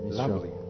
lovely